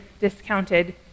discounted